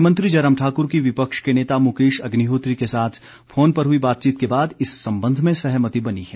मुख्यमंत्री जयराम ठाकुर की विपक्ष के नेता मुकेश अग्निहोत्री के साथ फोन पर हई बातचीत के बाद इस संबंध में सहमति बनी है